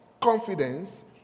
confidence